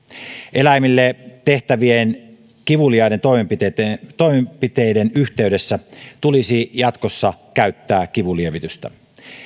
eläimille tehtävien kivuliaiden toimenpiteiden toimenpiteiden yhteydessä tulisi jatkossa käyttää kivunlievitystä